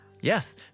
Yes